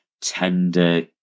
tender